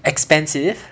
expensive